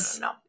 no